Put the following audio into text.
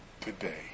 today